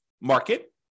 market